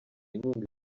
inkunga